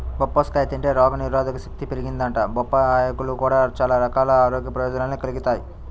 బొప్పాస్కాయ తింటే రోగనిరోధకశక్తి పెరిగిద్దంట, బొప్పాయ్ ఆకులు గూడా చానా రకాల ఆరోగ్య ప్రయోజనాల్ని కలిగిత్తయ్